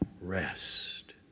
rest